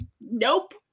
nope